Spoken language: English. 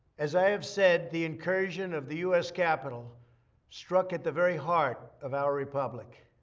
as i have said, the incursion of the u s. capitol struck at the very heart of our republic.